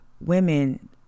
women